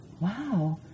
wow